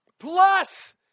Plus